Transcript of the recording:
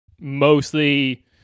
Mostly